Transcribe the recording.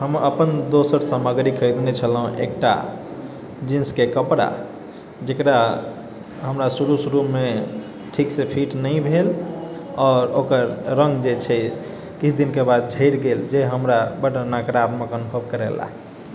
हम अपन दोसर सामग्री खरीदने छलहुँ एकटा जिंसके कपड़ा जेकरा हमरा शुरू शुरूमे ठीक से फिट नहि भेल आओर ओकर रङ्ग जे छै किछु दिनके बाद झड़ि गेल जे हम हमरा बड नकारात्मक अनुभव करेलक